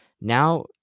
now